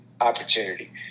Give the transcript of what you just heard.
opportunity